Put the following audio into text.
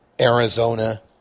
Arizona